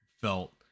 felt